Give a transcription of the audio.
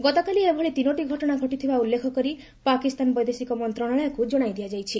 ଗତକାଲି ଏଭଳି ତିନୋଟି ଘଟଣା ଘଟିଥିବା ଉଲ୍ଲେଖ କରି ପାକିସ୍ତାନ ବୈଦେଶିକ ମନ୍ତ୍ରଶାଳୟକୁ ଜଣାଇ ଦିଆଯାଇଛି